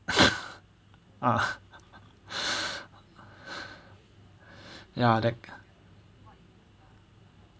ah yeah that